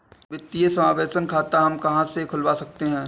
वित्तीय समावेशन खाता हम कहां से खुलवा सकते हैं?